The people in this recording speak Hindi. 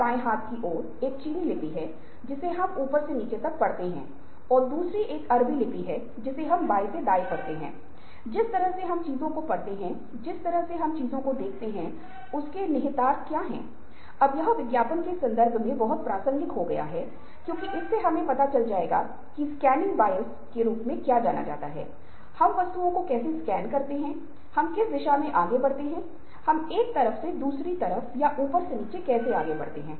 गहन सोच उद्देश्यपूर्ण स्व नियामक निर्णय है जिसके परिणामस्वरूप व्याख्या विश्लेषण मूल्यांकन और निष्कर्ष निकाला जाता है